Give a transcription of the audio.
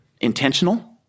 intentional